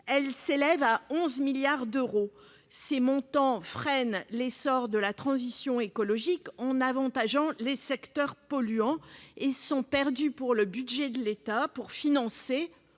2019 s'élève à 11 milliards d'euros. Ces sommes freinent l'essor de la transition écologique en avantageant les secteurs polluants et sont perdues pour le budget de l'État, alors